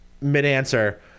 mid-answer